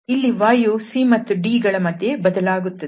ಇಲ್ಲಿ y u c ಮತ್ತು d ಗಳ ಮಧ್ಯೆ ಬದಲಾಗುತ್ತದೆ